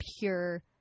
pure